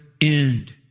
end